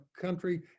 country